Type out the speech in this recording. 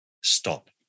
stop